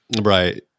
right